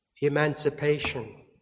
emancipation